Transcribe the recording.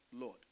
Lord